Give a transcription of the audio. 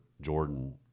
Jordan